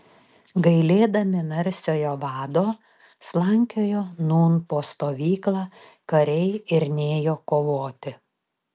gailėdami narsiojo vado slankiojo nūn po stovyklą kariai ir nėjo kovoti